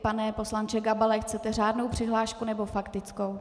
Pane poslanče Gabale, chcete řádnou přihlášku, nebo faktickou?